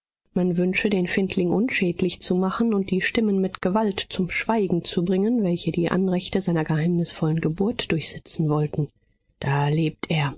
man wünsche den findling unschädlich zu machen und die stimmen mit gewalt zum schweigen zu bringen welche die anrechte seiner geheimnisvollen geburt durchsetzen wollten da lebt er